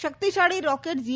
શક્તિશાળી રોકેટ જી